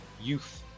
youth